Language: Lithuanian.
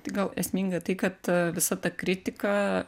tai gal esminga tai kad visa ta kritika